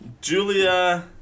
Julia